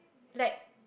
lack